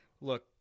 look